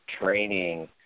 training